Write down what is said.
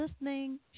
listening